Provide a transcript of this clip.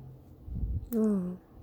mm